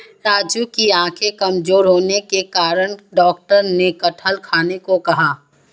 राजू की आंखें कमजोर होने के कारण डॉक्टर ने कटहल खाने को कहा